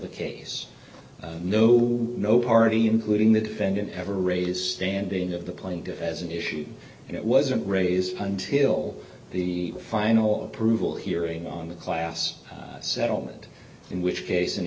the case no no party including the defendant ever raise standing of the plaintiff as an issue it wasn't raised until the final approval hearing on the class settlement in which case